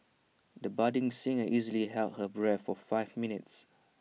the budding singer easily held her breath for five minutes